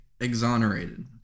exonerated